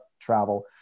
travel